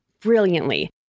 brilliantly